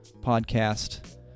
podcast